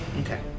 Okay